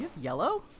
yellow